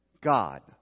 God